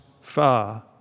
far